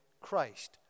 Christ